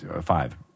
five